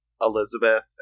Elizabeth